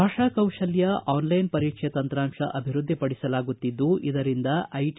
ಭಾಷಾ ಕೌಶಲ್ತ ಆನ್ಲೈನ್ ಪರೀಕ್ಷೆ ತಂತ್ರಾಂಶ ಅಭಿವೃದ್ಧಿಪಡಿಸಲಾಗುತ್ತಿದ್ದು ಇದರಿಂದ ಐಟಿ